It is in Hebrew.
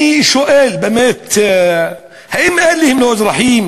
אני שואל, באמת, האם אלה הם לא אזרחים?